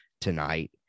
tonight